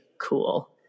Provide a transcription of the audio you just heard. cool